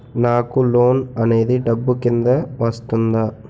నాకు లోన్ అనేది డబ్బు కిందా వస్తుందా?